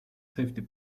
safety